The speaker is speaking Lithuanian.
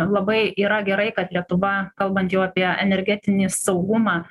labai yra gerai kad lietuva kalbant jau apie energetinį saugumą